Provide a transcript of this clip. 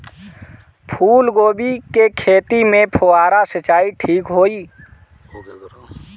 फूल गोभी के खेती में फुहारा सिंचाई ठीक होई?